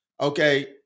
Okay